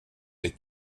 des